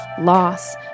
loss